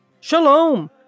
Shalom